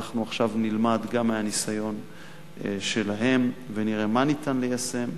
אנחנו עכשיו נלמד גם מהניסיון שלהם ונראה מה ניתן ליישם.